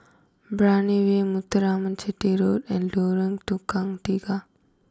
Brani way Muthuraman Chetty Road and Lorong Tukang Tiga